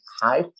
high